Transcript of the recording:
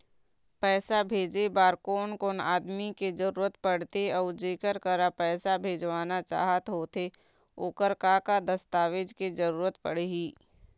पैसा भेजे बार कोन कोन आदमी के जरूरत पड़ते अऊ जेकर करा पैसा भेजवाना चाहत होथे ओकर का का दस्तावेज के जरूरत पड़ही?